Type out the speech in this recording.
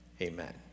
Amen